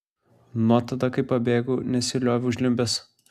nuo tada kai pabėgau nesilioviau žliumbęs